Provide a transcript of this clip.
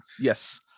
Yes